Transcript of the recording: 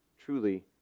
Truly